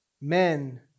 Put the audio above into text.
men